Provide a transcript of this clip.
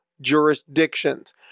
jurisdictions